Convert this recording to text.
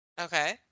Okay